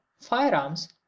firearms